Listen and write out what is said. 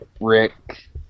Rick